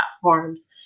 platforms